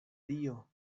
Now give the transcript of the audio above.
dio